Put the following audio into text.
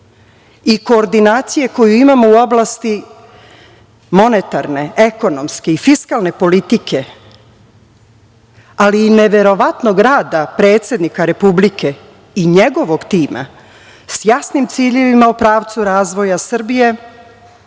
i koordinacije koju imam u oblasti monetarne, ekonomske i fiskalne politike, ali i neverovatnog rada predsednika Republike i njegovog tima, sa jasnim ciljevima u pravcu razvoja Srbije,